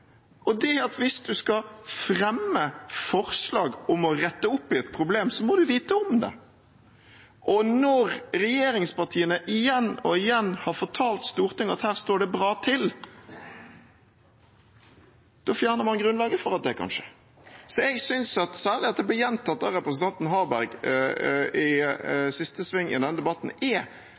Det er at hvis man skal fremme forslag om å rette opp et problem, må man vite om det. Når regjeringspartiene igjen og igjen har fortalt Stortinget at her står det bra til, fjerner man grunnlaget for at det kan skje. Jeg synes det er alvorlig, særlig når det blir gjentatt av representanten Harberg i siste sving i denne debatten,